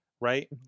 Right